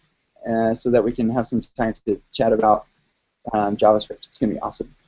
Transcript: and so that we can have some time to chat about javascript. it's gonna be awesome.